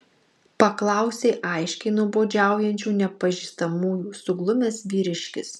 paklausė aiškiai nuobodžiaujančių nepažįstamųjų suglumęs vyriškis